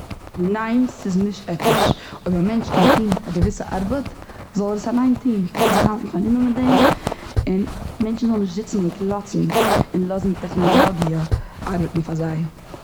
ניין, ס'איז נישט עטיש. אויב א מענטש קען טון א געוויסע ארבעט, זאל ער עס אליין טון, זאל ער זיך האלטן פארנומען מיט דעם און מענטשן זאלן נישט זיצן און קלאצן און לאזן טעכנאלאגיע ארבעטן פאר זיי.